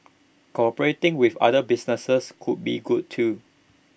cooperating with other businesses could be good too